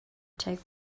take